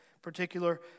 particular